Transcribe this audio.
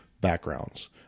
backgrounds